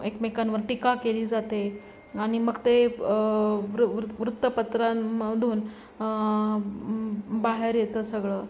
एकमेकांवर टिका केली जाते आणि मग ते वृ वृ वृत्तपत्रांमधून बाहेर येतं सगळं